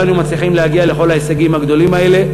לא היינו מצליחים להגיע לכל ההישגים הגדולים האלה.